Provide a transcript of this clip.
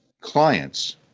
clients